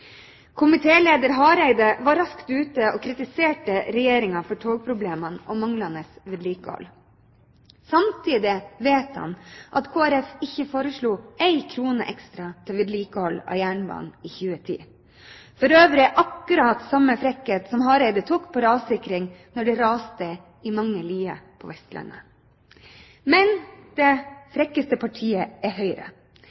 Hareide var raskt ute og kritiserte Regjeringen for togproblemene og manglende vedlikehold. Samtidig vet han at Kristelig Folkeparti ikke foreslo en krone ekstra til vedlikehold av jernbanen i 2010 – for øvrig akkurat samme frekkhet som Hareide tok når det gjaldt rassikring, da det raste i mange lier på Vestlandet. Men det